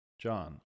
John